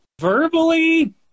Verbally